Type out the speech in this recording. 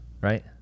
right